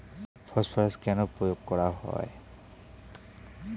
Phosphorus কেন প্রয়োগ করা হয়?